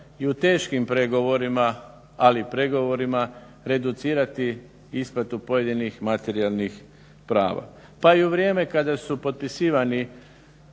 i u teškim pregovorima ali pregovorima reducirati isplatu pojedinih materijalnih prava. Pa i u vrijeme kada su potpisivani